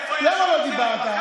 למה לא דיברת?